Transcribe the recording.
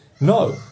No